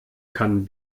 kann